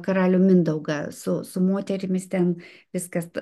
karalių mindaugą su su moterimis ten viskas